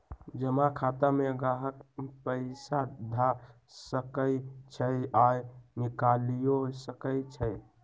जमा खता में गाहक पइसा ध सकइ छइ आऽ निकालियो सकइ छै